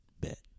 Bet